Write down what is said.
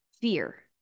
fear